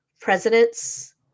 presidents